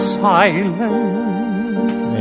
silence